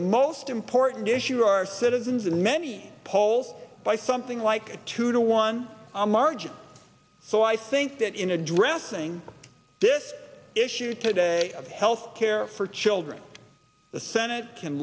most important issue for our citizens in many poll by something like two to one margin so i think that in addressing this issue today of health care for children the senate can